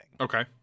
Okay